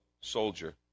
soldier